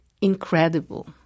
incredible